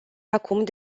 acum